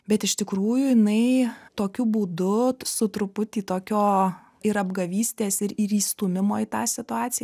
bet iš tikrųjų jinai tokiu būdu su truputį tokio ir apgavystės ir ir įstūmimo į tą situaciją